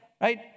Right